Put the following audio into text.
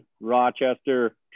Rochester